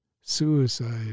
suicide